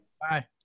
Bye